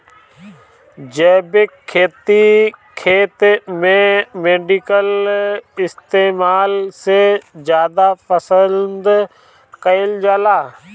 जैविक खेती खेत में केमिकल इस्तेमाल से ज्यादा पसंद कईल जाला